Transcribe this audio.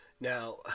now